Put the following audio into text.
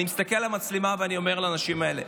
אני מסתכל למצלמה ואני אומר לאנשים האלה: